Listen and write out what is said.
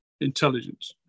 intelligence